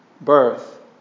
birth